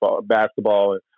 basketball